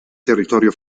territorio